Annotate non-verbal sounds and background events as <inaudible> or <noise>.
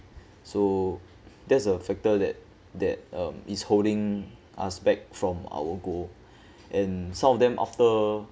so that's a factor that that um is holding us back from our goal <breath> and some of them after